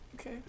Okay